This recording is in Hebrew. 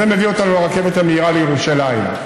זה מביא אותנו לרכבת המהירה לירושלים,